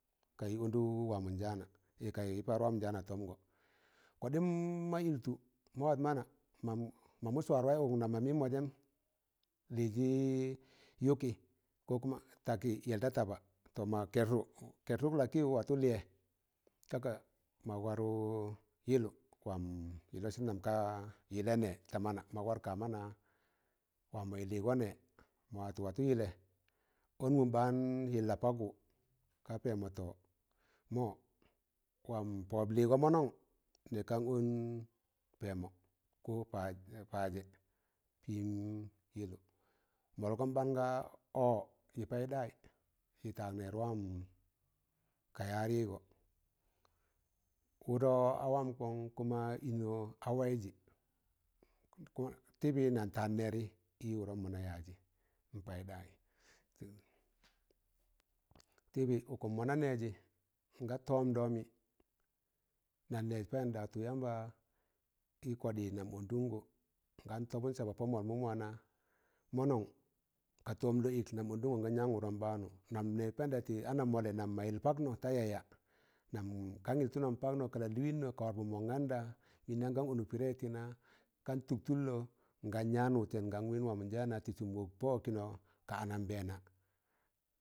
Kayị ọndụk wamọ njaana kayị par wamọ njaana tọmgọ, kọɗịm ma iltụ ma wat mana mamụ swar waị ụk nam mọ mịmọ jẹm lịzị yụke kokuma takị yẹl da taɓa pọn ma kẹrtụ kẹrtụk lakịyụ, warẹ yịllụ wam yị lọsịn wam ka yịlẹ nẹ ta mana, mọk war ka mana wam mọị lịgọ nẹ, mọ watụ yịlẹ ọn mụn ɓaan yịlla pakwu,̣ ka pẹmọ tọ mọ wam pụb lịgọ mọnọm nẹg kan ọn pẹẹmọ, kọ pazẹ pịm yịllụ mọlgọn ɓaan ga ọ, yị paịɗayị, ị tar nẹẹr wam ka yarịgọ wụdọ a wam kọn kuma ịnọ a waịzị tịbị nan taan nẹrị ị wụdọm mọna yajị n paịɗayị, tibi ukom mona neeji nga tomɗomo naang neeg payindai tị yamba, ị koɗị nam ọndụngọ ngam tagụn saba pọ mamụn wana, mọnọm ka tọọm lọ ịk nam ọndụngọ ngam yaan wụɗọm ɓaanụ, nan nẹz payịn ɗayị ti ana mọllẹ, nam mọ yịl paknọ ta yaya, nam kan yịl tụnọn pọknọ ka lalịnnọ, ka wọrọpụn mọn ganda, mịndam gan ọnụk paịdẹị tị na kan tụk tụllọ ngam yaan wụtẹn ngam wẹẹn wamọnjaana tị sụm wọk pọ wọgkịịnọ ka anambẹẹna.